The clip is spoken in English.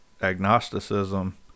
agnosticism